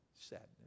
sadness